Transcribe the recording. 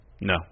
No